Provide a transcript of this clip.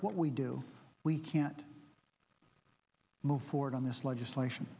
what we do we can't move forward on this legislation